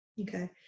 Okay